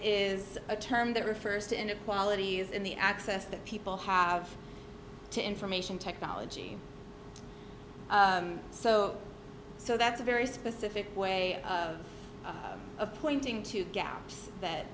is a term that refers to inequalities in the access that people have to information technology so so that's a very specific way of pointing to gaps that